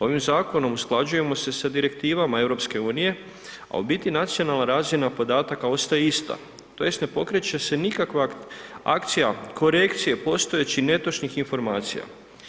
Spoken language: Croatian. Ovim zakonom usklađujemo se sa direktivama EU, a u biti nacionalna razina podataka ostaje ista, tj. ne pokreće se nikakva akcija korekcije postojećih netočnih podataka.